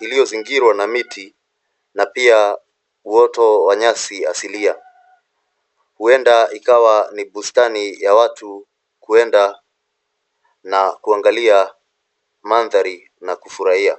iliyozingirwa na miti na pia uoto wa nyasi asilia huenda ikawa ni bustani ya watu kwende na kuangalia mandhari na kufurahia.